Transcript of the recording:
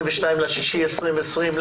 ה-22 ביוני 2020,